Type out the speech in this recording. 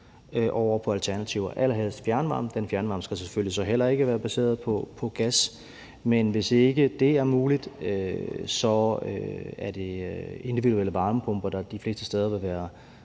over på alternativer – allerhelst fjernvarme. Den fjernvarme skal så selvfølgelig heller ikke være baseret på gas. Hvis ikke det er muligt, er det individuelle varmepumper, der de fleste steder vil være